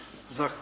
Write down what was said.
Hvala